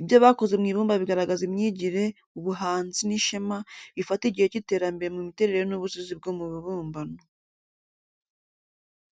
Ibyo bakoze mu ibumba bigaragaza imyigire, ubuhanzi, n’ishema, bifata igihe cy’iterambere mu miterere n’ubusizi bwo mu bibumbano.